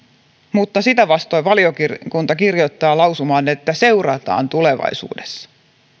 mutta sitä vastoin valiokunta kirjoittaa lausumaan että seurataan tulevaisuudessa